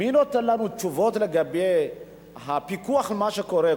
מי נותן לנו תשובות לגבי הפיקוח על מה שקורה,